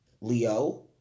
Leo